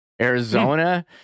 Arizona